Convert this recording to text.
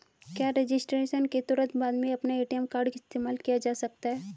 क्या रजिस्ट्रेशन के तुरंत बाद में अपना ए.टी.एम कार्ड इस्तेमाल किया जा सकता है?